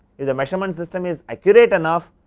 is the measurement system is accurate enough,